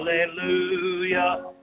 Hallelujah